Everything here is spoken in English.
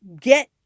get